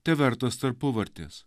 tevertas tarpuvartės